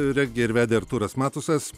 rengė ir vedė artūras matusas